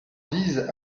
vise